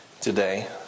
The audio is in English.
today